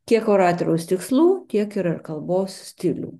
kiek oratoriaus tikslų tiek yra ir kalbos stilių